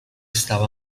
stava